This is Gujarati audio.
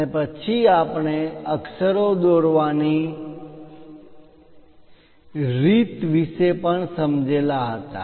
અને પછી આપણે અક્ષરો દોરવાની રીત વિશે પણ સમજેલા હતા